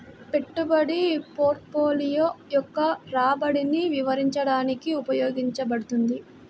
పెట్టుబడి పోర్ట్ఫోలియో యొక్క రాబడిని వివరించడానికి ఉపయోగించబడుతుంది